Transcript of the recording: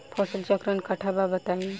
फसल चक्रण कट्ठा बा बताई?